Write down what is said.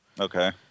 Okay